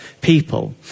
people